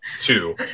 two